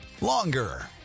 longer